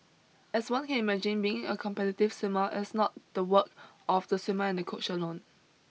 as one can imagine being a competitive swimmer is not the work of the swimmer and the coach alone